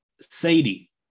Sadie